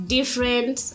Different